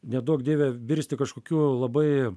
neduok dieve virsti kažkokiu labai